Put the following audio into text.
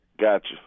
Gotcha